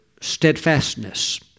steadfastness